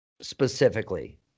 specifically